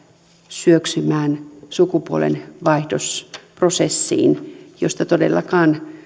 syöksymään sukupuolenvaihdosprosessiin josta todellakaan